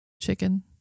chicken